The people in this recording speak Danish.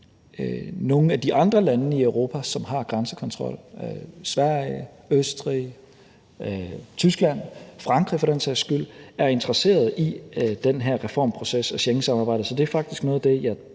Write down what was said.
nogle af de andre lande i Europa, som har grænsekontrol – Sverige, Østrig, Tyskland, Frankrig for den sags skyld – er interesseret i den her reformproces af Schengensamarbejdet. Så det er faktisk noget af det, jeg